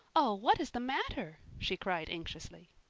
oh, what is the matter? she cried anxiously.